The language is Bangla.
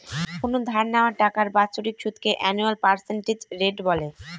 কোনো ধার নেওয়া টাকার বাৎসরিক সুদকে আনুয়াল পার্সেন্টেজ রেট বলে